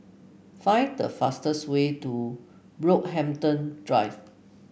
find the fastest way to Brockhampton Drive